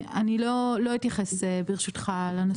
אני לא אתייחס ברשותך לנושא.